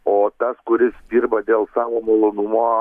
o tas kuris dirba dėl savo malonumo